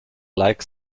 like